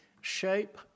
shape